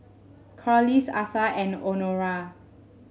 Corliss Atha and Honora